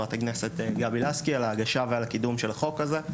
לחברת הכנסת גבי לסקי על ההגשה ועל הקידום של החוק הזה.